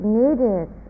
needed